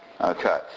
Okay